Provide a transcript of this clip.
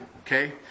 Okay